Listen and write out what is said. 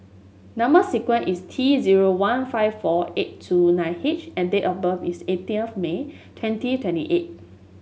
number sequence is T zero one five four eight two nine H and date of birth is eighteen of May twenty twenty eight